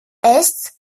est